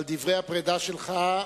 על דברי הפרידה שלך,